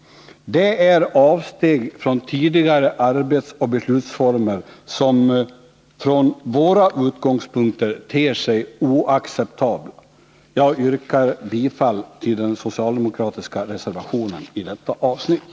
Det är avsteg från tidigare arbetsoch beslutsformer som från våra utgångspunkter ter sig oacceptabla. Jag yrkar bifall till den socialdemokratiska reservationen i detta avsnitt.